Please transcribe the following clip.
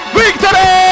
victory